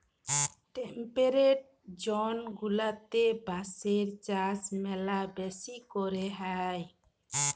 temperate zone গুলাতে বাঁশের চাষ ম্যালা বেশি ক্যরে হ্যয়